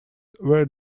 were